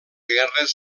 guerres